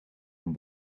een